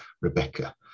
Rebecca